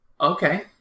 Okay